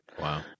Wow